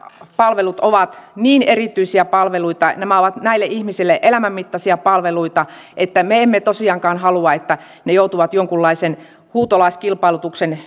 palvelut ovat niin erityisiä palveluita nämä ovat näille ihmisille elämän mittaisia palveluita että me emme tosiaankaan halua että ne joutuvat jonkinlaisen huutolaiskilpailutuksen